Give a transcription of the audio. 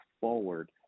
forward